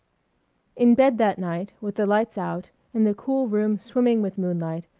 in bed that night with the lights out and the cool room swimming with moonlight,